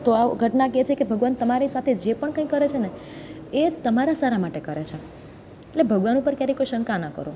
તો આ ઘટના કે છે કે ભગવાન તમારી સાથે જે પણ કંઈ કરે છે ને એ તમારા સારા માટે કરે છે એટલે ભગવાન ઉપર ક્યારે કોઈ શંકા ન કરો